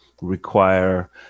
require